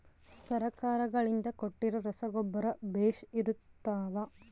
ಸರ್ಕಾರಗಳಿಂದ ಕೊಟ್ಟಿರೊ ರಸಗೊಬ್ಬರ ಬೇಷ್ ಇರುತ್ತವಾ?